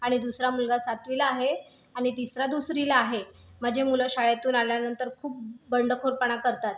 आणि दुसरा मुलगा सातवीला आहे आणि तिसरा दुसरीला आहे माझे मुलं शाळेतून आल्यानंतर खूप बंडखोरपणा करतात